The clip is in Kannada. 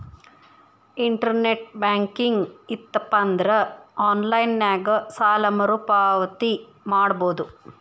ಇಂಟರ್ನೆಟ್ ಬ್ಯಾಂಕಿಂಗ್ ಇತ್ತಪಂದ್ರಾ ಆನ್ಲೈನ್ ನ್ಯಾಗ ಸಾಲ ಮರುಪಾವತಿ ಮಾಡಬೋದು